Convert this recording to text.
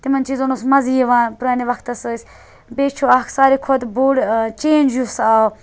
تِمَن چیٖزَن اوس مَزٕ یِوان پرانہِ وَقتَس ٲسۍ بیٚیہِ چھُ اکھ ساروٕے کھۄتہ بوٚڑ چینٛج یُس آو